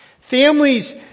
Families